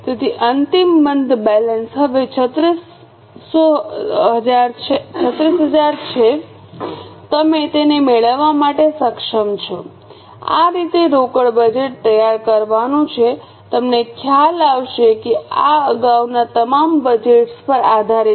તેથી અંતિમ બંધ બેલેન્સ હવે 36000 છે તમે તેને મેળવવા માટે સક્ષમ છો આ રીતે રોકડ બજેટ તૈયાર કરવાનું છે તમને ખ્યાલ આવશે કે આ અગાઉના તમામ બજેટ્સ પર આધારિત છે